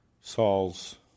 Saul's